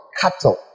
cattle